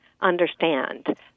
understand